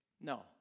no